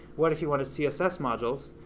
what if you wanted css modules?